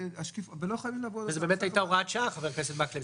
--- זו באמת הייתה הוראת שעה, חבר הכנסת מקלב.